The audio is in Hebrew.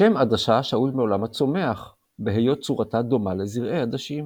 השם "עדשה" שאול מעולם הצומח בהיות צורתה דומה לזרעי עדשים.